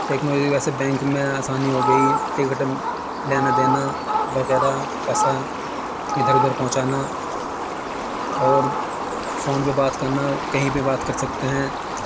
technology ویسے bank میں آسانی ہو گئی ٹکٹ لینا دینا وغیرہ پیسہ ادھر ادھر پہنچانا اور فون پہ بات کرنا کہیں بھی بات کر سکتے ہیں